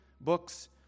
books